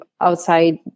outside